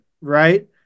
right